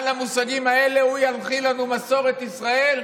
על המושגים האלה הוא ינחיל לנו מסורת ישראל?